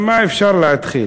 ממה אפשר להתחיל?